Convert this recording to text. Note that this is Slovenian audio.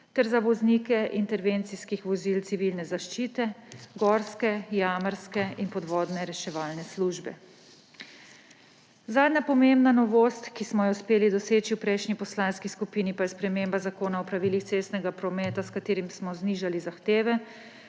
ter za voznike intervencijskih vozil civilne zaščite, gorske, jamarske in podvodne reševalne službe. Zadnja pomembna novost, ki smo jo uspeli doseči v prejšnji poslanski skupini, pa je sprememba Zakona o pravilih cestnega prometa, s katerim smo znižali zahteve